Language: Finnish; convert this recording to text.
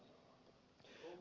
puhemies